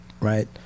right